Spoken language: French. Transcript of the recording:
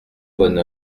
bonne